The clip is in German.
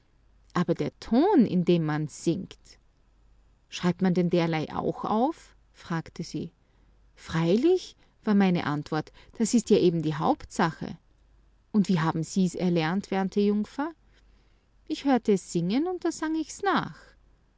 aber der ton in dem man's singt schreibt man denn derlei auch auf fragte sie freilich war meine antwort das ist ja eben die hauptsache und wie haben denn sie's erlernt werte jungfer ich hörte es singen und da sang ich's nach